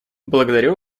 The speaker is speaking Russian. благодарю